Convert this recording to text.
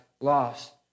lost